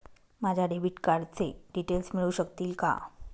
माझ्या डेबिट कार्डचे डिटेल्स मिळू शकतील का?